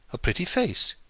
a pretty face.